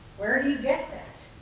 where do you get that?